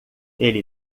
ele